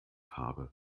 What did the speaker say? habe